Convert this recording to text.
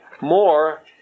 more